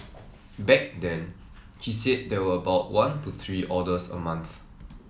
back then she said there were about one to three orders a month